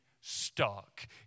stuck